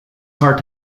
part